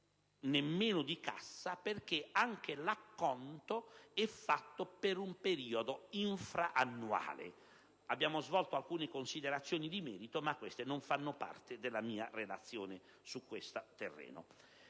nemmeno di cassa, perché anche l'acconto è fatto per un periodo infra-annuale. Abbiamo svolto alcune considerazioni di merito, che però non sono parte della mia relazione sull'argomento,